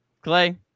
Clay